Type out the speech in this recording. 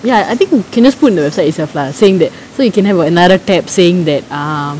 ya I think you can just put in the website itself lah saying that so you can have a another tab saying that um